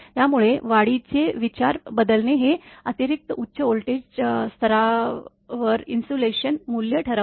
त्यामुळे वाढीचे विचार बदलणे हे अतिरिक्त उच्च व्होल्टेज स्तरावरइन्सुलेशन मूल्ये ठरवते